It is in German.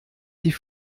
die